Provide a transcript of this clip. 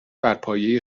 برپایه